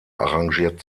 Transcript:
arrangiert